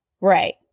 Right